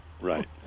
Right